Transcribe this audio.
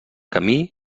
camí